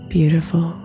Beautiful